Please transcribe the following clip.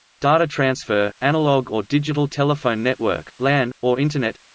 data transfer analog or digital telephone network, lan, or internet